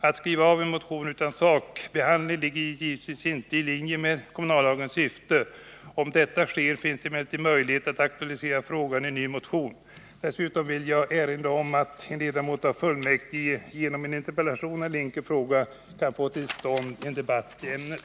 Att avskriva en motion utan sakbehandling ligger givetvis inte i linje med kommunallagens syfte. Om detta sker finns det emellertid möjlighet att aktualisera frågan i en ny motion. Dessutom vill jag erinra om att en ledamot i fullmäktige genom en interpellation eller enkel fråga kan få till stånd en debatt i ämnet.